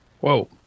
Whoa